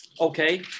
Okay